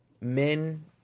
men